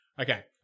okay